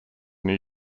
new